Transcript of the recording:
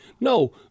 no